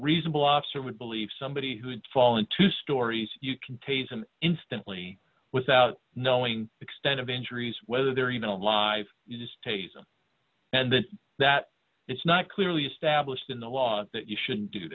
reasonable officer would believe somebody who would fall into stories you can taser him instantly without knowing the extent of injuries whether they're even alive you just take them and then that it's not clearly established in the law that you should do